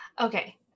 Okay